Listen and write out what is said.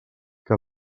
que